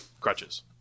crutches